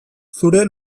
zure